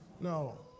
No